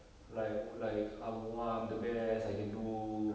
like like um oh I'm the best I can do